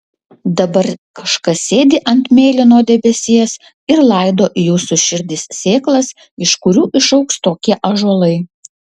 dabar kažkas sėdi ant mėlyno debesies ir laido į jūsų širdį sėklas iš kurių išaugs tokie ąžuolai